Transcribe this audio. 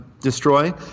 destroy